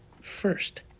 First